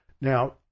Now